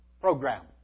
program